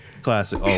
Classic